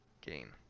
gain